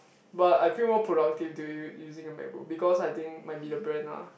but I feel more productive to you using a MacBook because I think might be the brand ah